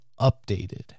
updated